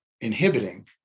inhibiting